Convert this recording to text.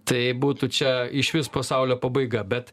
tai būtų čia išvis pasaulio pabaiga bet